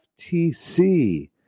FTC